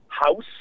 House